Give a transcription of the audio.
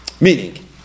Meaning